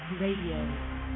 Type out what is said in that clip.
Radio